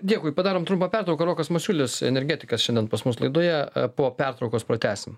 dėkui padarom trumpą pertrauką rokas masiulis energetikas šiandien pas mus laidoje po pertraukos pratęsim